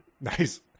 nice